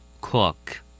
Cook